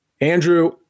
Andrew